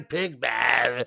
Pigman